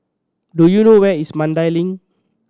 do you know where is Mandai Link